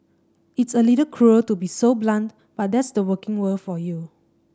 it's a little cruel to be so blunt but that's the working world for you